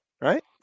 right